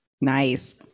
nice